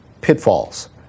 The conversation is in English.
pitfalls